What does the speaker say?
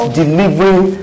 delivering